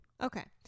Okay